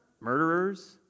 murderers